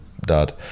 dad